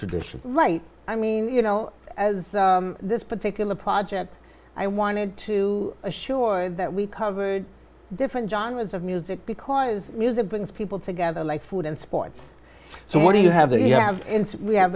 tradition right i mean you know as this particular project i wanted to assure that we covered different genres of music because music brings people together like food and sports so what do you have the you have we have